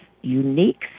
unique